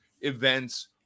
events